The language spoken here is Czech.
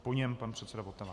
Po něm pan předseda Votava.